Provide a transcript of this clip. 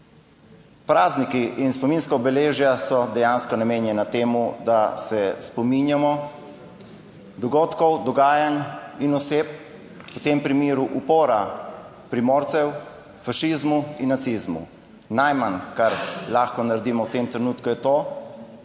Prazniki in spominska obeležja so dejansko namenjena temu, da se spominjamo dogodkov, dogajanj in oseb, v tem primeru upora Primorcev fašizmu in nacizmu. Najmanj kar lahko naredimo v tem trenutku je to,